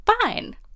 fine